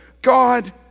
God